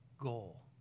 goal